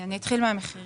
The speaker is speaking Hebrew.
אני אתחיל מהמחירים.